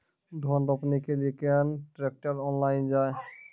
धान रोपनी के लिए केन ट्रैक्टर ऑनलाइन जाए?